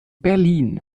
berlin